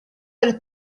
per